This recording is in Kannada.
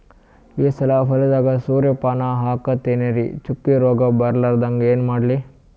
ಈ ಸಲ ಹೊಲದಾಗ ಸೂರ್ಯಪಾನ ಹಾಕತಿನರಿ, ಚುಕ್ಕಿ ರೋಗ ಬರಲಾರದಂಗ ಏನ ಮಾಡ್ಲಿ?